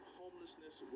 homelessness